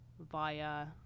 via